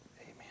Amen